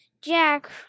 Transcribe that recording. Jack –